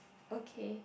okay